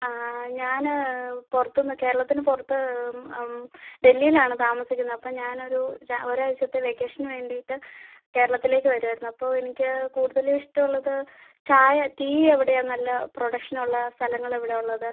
ഞാൻ പുറത്തുനിന്ന് കേരളത്തിന് പുറത്ത് ഡൽഹിയിലാണ് താമസിക്കുന്നത് അപ്പം ഞാനൊരു ര ഒരാഴ്ചത്തെ വെക്കേഷന് വേണ്ടിയിട്ട് കേരളത്തിലേക്ക് വരുവായിരുന്നു അപ്പോൾ എനിക്ക് കൂടുതൽ ഇഷ്ടമുള്ളത് ചായ ടീ എവിടെയാണ് നല്ല പ്രൊഡക്ഷൻ ഉള്ള സ്ഥലങ്ങൾ എവിടെയാണ് ഉള്ളത്